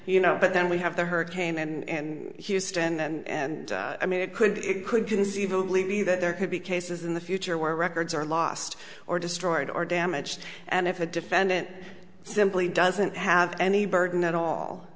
you know but then we have the hurricane and houston and i mean it could it could conceivably be that there could be cases in the future where records are lost or destroyed or damaged and if a defendant simply doesn't have any burden at all